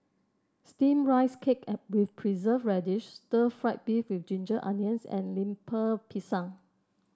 steamed Rice Cake with Preserved Radish Stir Fried Beef with Ginger Onions and Lemper Pisang